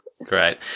Great